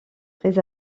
très